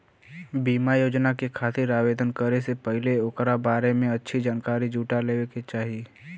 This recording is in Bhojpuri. बीमा योजना के खातिर आवेदन करे से पहिले ओकरा बारें में अच्छी जानकारी जुटा लेवे क चाही